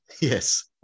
Yes